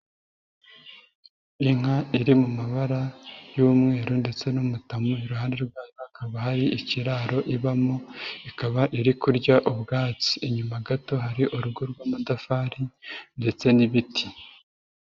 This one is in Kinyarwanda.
Inka iri mu mabara y'umweru ndetse n'umutamu, iruhande rwayo hakaba hari ikiraro ibamo, ikaba iri kurya ubwatsi. Inyuma gato hari urugo rw'amadafari ndetse n'ibiti.